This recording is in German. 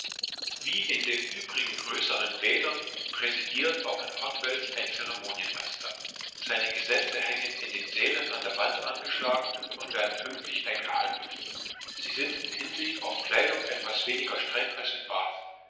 wie in den übrigen größeren bädern präsidiert auch in hotwells ein zeremonienmeister seine gesetze hängen in den sälen an der wand angeschlagen und werden pünktlich gehalten sie sind in hinsicht auf kleidung etwas weniger streng als in bath